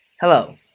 Hello